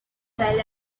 silent